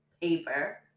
Paper